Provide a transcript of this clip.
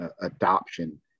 adoption